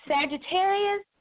Sagittarius